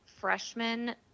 freshman